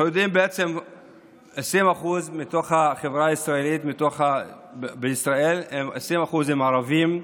אנחנו יודעים ש-20% מהחברה בישראל הם ערבים,